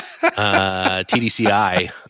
TDCI